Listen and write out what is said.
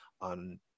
on